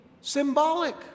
symbolic